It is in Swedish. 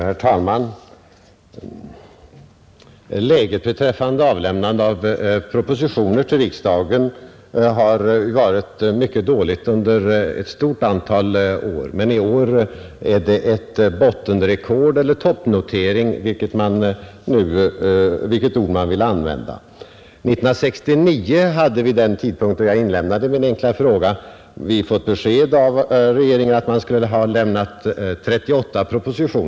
Herr talman! Läget beträffande avlämnande av propositioner till riksdagen har varit mycket dåligt under ett stort antal år, men i år har det noterats ett bottenrekord — eller en toppnotering, vilket ord man nu vill använda. År 1969 hade vi, vid den tid på året då jag inlämnade min enkla fråga, fått det beskedet att regeringen skulle ha avlämnat 38 propositioner.